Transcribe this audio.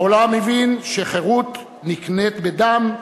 העולם הבין שחירות נקנית בדם,